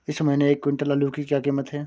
इस महीने एक क्विंटल आलू की क्या कीमत है?